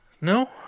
no